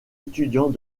étudiants